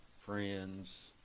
friends